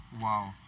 wow